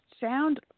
sound